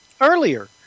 earlier